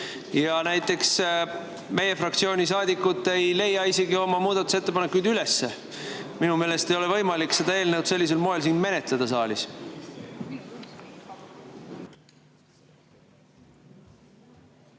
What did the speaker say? Näiteks meie fraktsiooni saadikud ei leia isegi oma muudatusettepanekuid üles. Minu meelest ei ole võimalik seda eelnõu sellisel moel siin saalis